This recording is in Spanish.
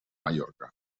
mallorca